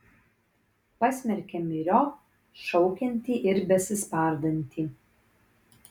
pasmerkė myriop šaukiantį ir besispardantį